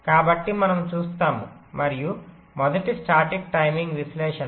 కాబట్టి మనము చూస్తాము మరియు మొదటి స్టాటిక్ టైమింగ్ విశ్లేషణ